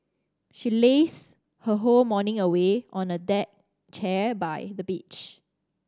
she lazed her whole morning away on a deck chair by the beach